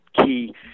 key